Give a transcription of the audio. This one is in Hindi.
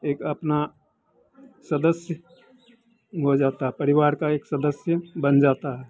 एक अपना सदस्य हो जाता परिवार का एक सदस्य बन जाता है